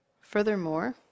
Furthermore